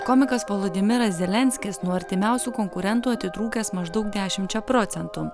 komikas volodymiras zelenskis nuo artimiausių konkurentų atitrūkęs maždaug dešimčia procentų